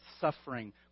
suffering